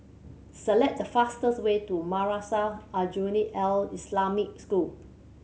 select the fastest way to Madrasah Aljunied Al Islamic School